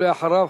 ואחריו,